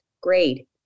grade